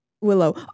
Willow